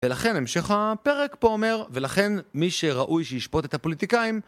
ולכן המשך הפרק פה אומר, ולכן מי שראוי שישפוט את הפוליטיקאים